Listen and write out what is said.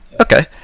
Okay